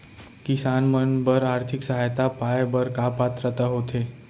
किसान मन बर आर्थिक सहायता पाय बर का पात्रता होथे?